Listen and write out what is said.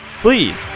please